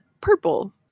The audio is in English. Purple